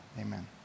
amen